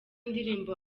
indirimbo